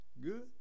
good